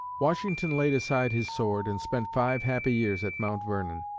washington laid aside his sword and spent five happy years at mount vernon.